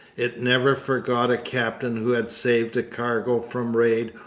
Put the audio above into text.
it never forgot a captain who had saved a cargo from raid,